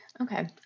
Okay